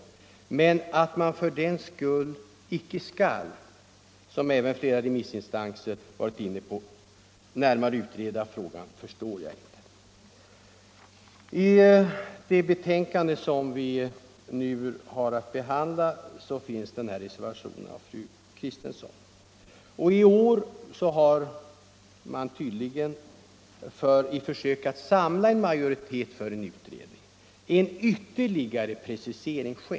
Men att man för den skull icke skulle närmare utreda den, förstår jag inte. I det betänkande som vi nu behandlar finns alltså en reservation av fru Kristensson. I år har — tydligen i ett försök att samla en majoritet kring en utredning — en ytterligare precisering skett.